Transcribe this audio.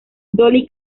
dolly